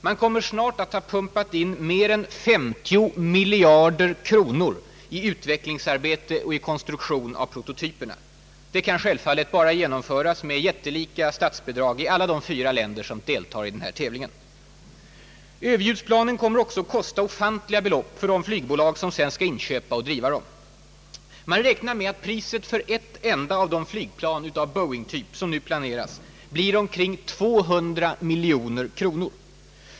Man kom mer snart att ha pumpat in mer än 50 miljarder kronor i utvecklingsarbete och i konstruktion av prototyperna. Det kan självfallet bara genomföras med jättelika statsbidrag i alla de fyra länder som deltar i denna tävling. Överljudsplanen kommer också att kosta ofantliga belopp för de flygbolag som sedan skall inköpa och driva dem. Man räknar med att priset för ett enda av de flygplan av Boeing-tvp som nu planeras blir omkring 200 miljoner kronor.